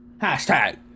Hashtag